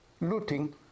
looting